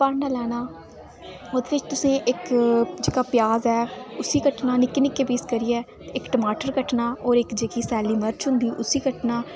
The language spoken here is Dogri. भांडा लैना ओह्द बिच तुसें इक जेहका प्याज ऐ उसी कट्टना निक्के निक्के पीस करियै इक टमाटर कट्टना और इक जेह्की सैली मर्च होंदी उसी कट्टना